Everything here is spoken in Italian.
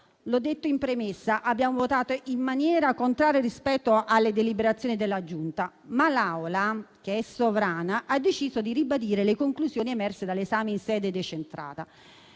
ho detto in premessa, abbiamo votato in maniera contraria rispetto alle deliberazioni della Giunta, ma l'Assemblea, che è sovrana, ha deciso di ribadire le conclusioni emerse dall'esame in sede decentrata.